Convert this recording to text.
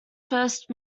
first